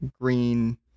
green